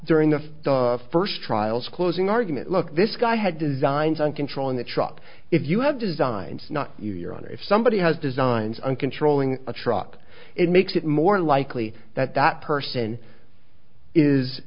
during the first trials closing argument look this guy had designs on controlling the truck if you have designs not you your honor if somebody has designs on controlling a truck it makes it more likely that that person is